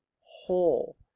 whole